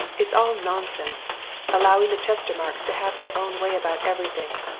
it's all nonsense allowing the chestermarkes to have their own way about everything!